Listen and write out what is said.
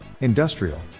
Industrial